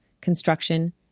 construction